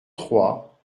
trois